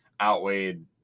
outweighed